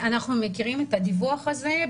אנחנו מכירים את הדיווח הזה.